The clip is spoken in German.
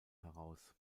heraus